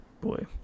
boy